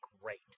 great